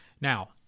now